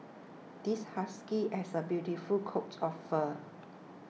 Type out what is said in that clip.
this husky has a beautiful coat of fur